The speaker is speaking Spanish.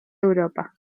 europa